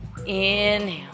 inhale